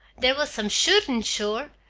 there was some shootin', sure!